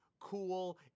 cool